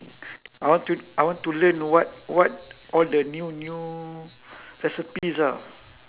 I want to I want to learn what what all the new new recipes ah